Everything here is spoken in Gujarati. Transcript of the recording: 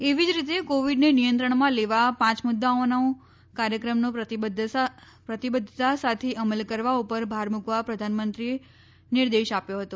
એવી જ રીત કોવિડને નિયંત્રણમાં લેવા પાંચ મુદ્દાઓના કાર્યક્રમનો પ્રતિબધ્ધતા સાથે અમલ કરવા ઉપર ભાર મૂકવા પ્રધાનમંત્રીએ નિર્દેશ આપ્યો હતો